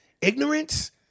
ignorance